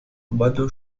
kommando